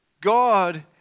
God